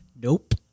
Nope